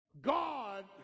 God